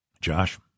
Josh